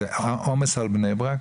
זה עומס על בני ברק